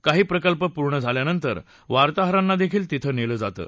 काही प्रकल्प पूर्ण झाल्यानंतर वार्ताहरांना देखील तिथं नेलं जातं